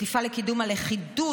תפעל לקידום לכידות,